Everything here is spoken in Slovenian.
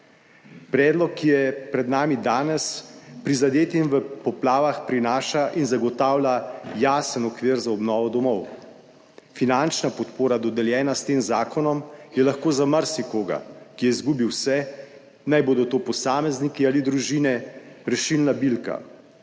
Predlog, ki je pred nami danes, prizadetim v poplavah prinaša in zagotavlja jasen okvir za obnovo domov. Finančna podpora dodeljena s tem zakonom, je lahko za marsikoga, ki je izgubil vse, naj bodo to posamezniki ali družine, rešilna bilka.